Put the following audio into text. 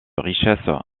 richesse